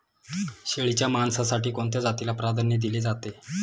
शेळीच्या मांसासाठी कोणत्या जातीला प्राधान्य दिले जाते?